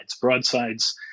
broadsides